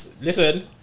listen